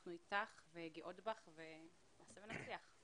אנחנו איתך וגאות בך ונעשה ונצליח.